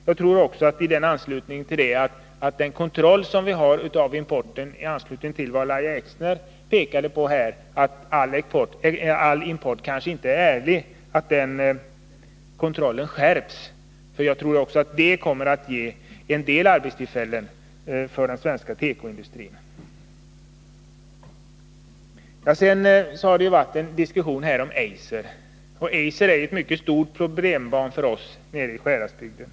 Jag tror också att kontrollen och importen behöver skärpas. Lahja Exner framhöll ju att all import kanske inte sker på ett ärligt sätt. Också det bör kunna ge en del arbetstillfällen till den svenska tekoindustrin. Här har förts en diskussion om Eiser, och det är ett mycket stort problem för oss nere i Sjuhäradsbygden.